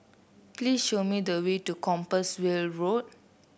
please show me the way to Compassvale Road